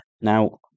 Now